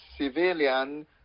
civilian